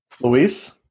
Luis